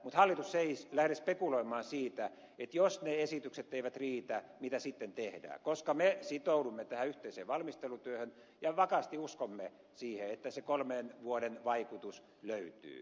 mutta hallitus ei lähde spekuloimaan siitä että jos ne esitykset eivät riitä mitä sitten tehdään koska me sitoudumme tähän yhteiseen valmistelutyöhön ja vakaasti uskomme siihen että se kolmen vuoden vaikutus löytyy